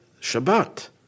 Shabbat